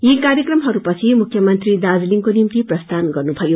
यी कार्यक्रमहरूपछि मुख्यमंत्री दार्जीलिलको निम्ति प्रस्थान गन्नुभायो